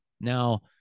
Now